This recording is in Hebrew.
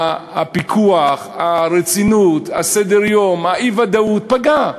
הפיקוח, הרצינות, סדר-היום, האי-ודאות, פגע.